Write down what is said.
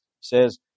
Says